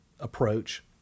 approach